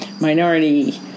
minority